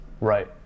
Right